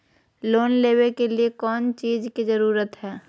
Loan लेबे के लिए कौन कौन चीज के जरूरत है?